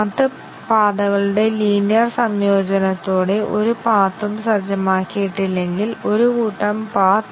ഇവിടെ നമുക്ക് ഈ കോമ്പൌണ്ട് കണ്ടിഷനു മൂന്ന് ആറ്റോമിക് അവസ്ഥകളുണ്ട് A 0 അല്ലെങ്കിൽ B 5 C 100